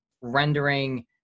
rendering